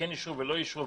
וכן אישור ולא אישור,